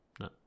no